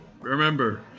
remember